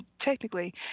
technically